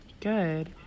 Good